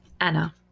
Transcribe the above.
Anna